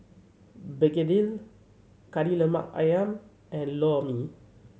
begedil Kari Lemak Ayam and Lor Mee